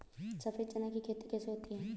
सफेद चना की खेती कैसे होती है?